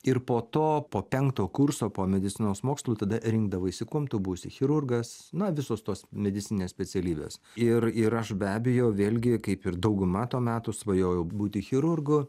ir po to po penkto kurso po medicinos mokslų tada rinkdavaisi kuom tu būsi chirurgas na visos tos medicininės specialybės ir ir aš be abejo vėlgi kaip ir dauguma to meto svajojau būti chirurgu